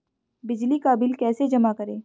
बिजली का बिल कैसे जमा करें?